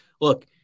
look